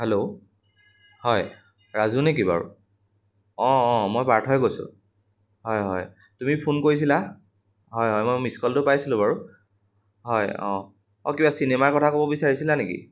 hello হয় ৰাজু নেকি বাৰু অঁ অঁ মই পাৰ্থই কৈছোঁ হয় হয় তুমি ফোন কৰিছিলা হয় হয় মই মিছ কলটো পাইছিলোঁ বাৰু হয় অঁ অঁ কিবা চিনেমাৰ কথা ক'ব বিচাৰিছিলা নেকি